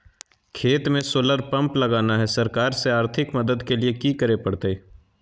खेत में solar pump लगाना है, सरकार से आर्थिक मदद के लिए की करे परतय?